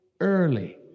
early